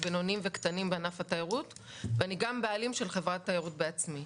בינוניים וקטנים בענף התיירות ואני גם בעלים של חברת תיירות בעצמי.